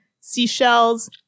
seashells